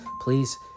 please